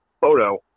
photo